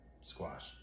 squash